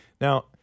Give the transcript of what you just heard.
Now